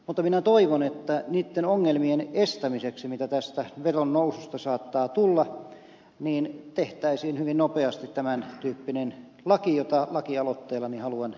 mutta minä toivon että niitten ongelmien estämiseksi mitä tästä veron noususta saattaa tulla tehtäisiin hyvin nopeasti tämän tyyppinen laki jota lakialoitteellani haluan